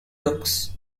looks